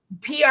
PR